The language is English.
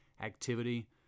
activity